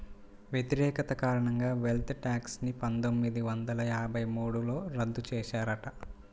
వ్యతిరేకత కారణంగా wealth tax ని పందొమ్మిది వందల యాభై మూడులో రద్దు చేశారట